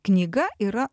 knyga yra